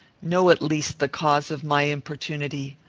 know at least the cause of my importunity.